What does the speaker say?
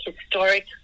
historic